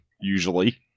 usually